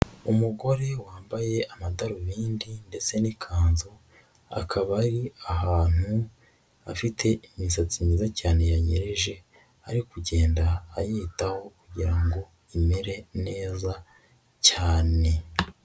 Umugore wambaye amadarubindi ndetse n'ikanzu, akaba ari ahantu afite imisatsi myiza cyane yanyereje, ari kugenda ayitaho kugira ngo imere neza cyane.